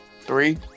Three